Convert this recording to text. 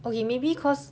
okay maybe cause